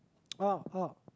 orh orh